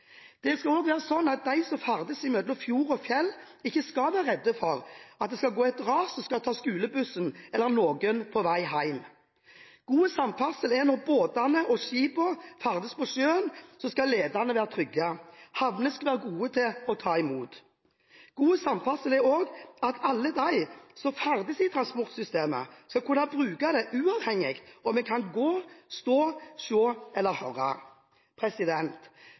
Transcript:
Det skal også være slik at de som ferdes mellom fjord og fjell, ikke skal være redd for at det skal gå et ras som skal ta skolebussen eller noen andre på vei hjem. God samferdsel har vi når ledene er trygge når båtene og skipene ferdes på sjøen. Havnene skal være gode til å ta imot. God samferdsel er også at alle de som ferdes i transportsystemet, skal kunne bruke det uavhengig av om de kan gå, stå, se eller høre.